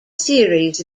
theories